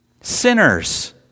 sinners